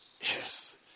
Yes